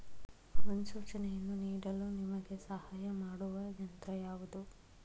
ಮುನ್ಸೂಚನೆಯನ್ನು ನೀಡಲು ನಿಮಗೆ ಸಹಾಯ ಮಾಡುವ ಯಂತ್ರ ಯಾವುದು?